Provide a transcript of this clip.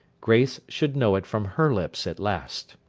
grace should know it from her lips at last.